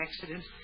accident